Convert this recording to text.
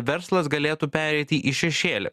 verslas galėtų pereiti į šešėlį